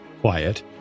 quiet